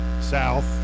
south